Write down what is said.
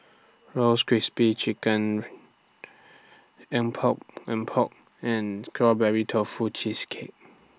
Roasted Crispy SPRING Chicken Epok Epok and Strawberry Tofu Cheesecake